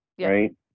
right